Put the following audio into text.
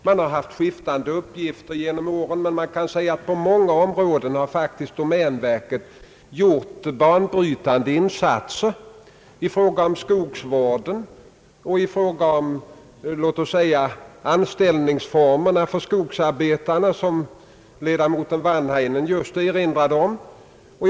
Uppgifterna har växlat genom åren, men vi kan säga att domänverket på många områden faktiskt gjort banbrytande insatser i fråga om skogsvården och även då det gällt anställningsformerna för skogsarbetarna, såsom herr Wanhainen just erinrat om.